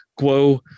Guo